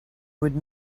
would